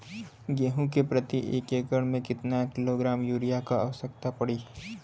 गेहूँ के प्रति एक एकड़ में कितना किलोग्राम युरिया क आवश्यकता पड़ी?